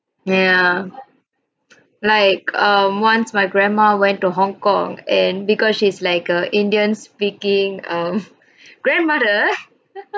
yeah like um once my grandma went to hong kong and because she's like indian speaking uh grandmother